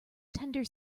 tender